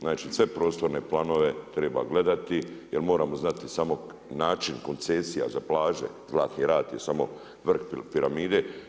Znači sve prostorne planove treba gledati jer moramo znati samo način koncesija za plaže, Zlatni Rat je samo vrh piramide.